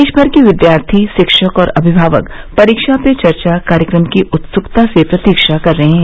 देशमर के विद्यार्थी शिक्षक और अभिमावक परीक्षा पे चर्चा कार्यक्रम की उत्सुकता से प्रतीक्षा कर रहे हैं